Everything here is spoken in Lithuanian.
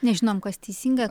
nežinom kas teisinga